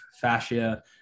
fascia